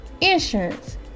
insurance